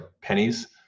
pennies